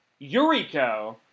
Yuriko